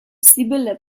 sibylle